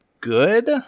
good